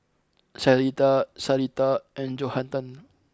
Syreeta Sarita and Johathan